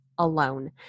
alone